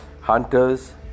hunters